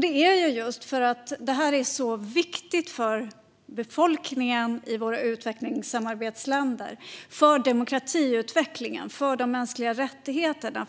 Det beror just på att det här är så viktigt för befolkningen i våra utvecklingssamarbetsländer. Det är viktigt för demokratiutvecklingen och för de mänskliga rättigheterna.